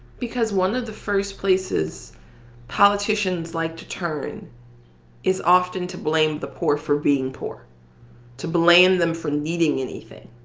because one of the first places politicians like to turn is often to blame the poor for being poor to blame them for needing anything.